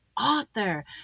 author